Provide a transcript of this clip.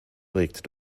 regt